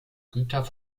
güter